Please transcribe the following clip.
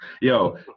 Yo